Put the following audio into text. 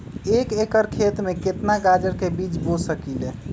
एक एकर खेत में केतना गाजर के बीज बो सकीं ले?